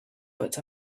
but